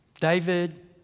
David